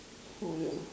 oh yeah